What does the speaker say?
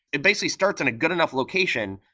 it basically starts in a good enough location